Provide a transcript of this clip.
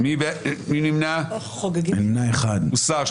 הרוויזיה הוסרה.